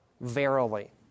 verily